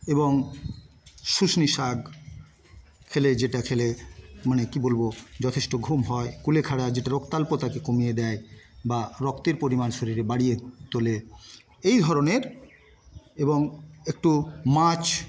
এবং শুশনি শাক খেলে যেটা খেলে মানে কি বলব যথেষ্ট ঘুম হয় কুলেখাড়া যেটা রক্তাল্পতাকে কমিয়ে দেয় বা রক্তের পরিমাণ শরীরে বাড়িয়ে তোলে এই ধরনের এবং একটু মাছ